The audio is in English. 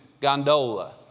gondola